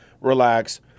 relax